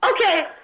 Okay